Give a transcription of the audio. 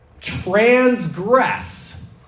transgress